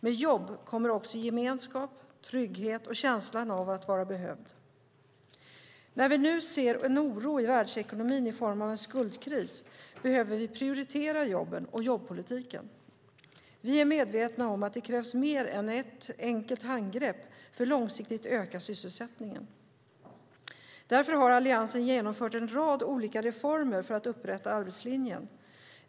Med jobb kommer också gemenskap, trygghet och känslan av att vara behövd. När vi nu ser en oro i världsekonomin i form av en skuldkris behöver vi prioritera jobben och jobbpolitiken. Vi är medvetna om att det krävs mer än ett enkelt handgrepp för att långsiktigt öka sysselsättningen. Därför har Alliansen genomfört en rad olika reformer för att återupprätta arbetslinjen.